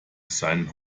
seinen